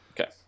Okay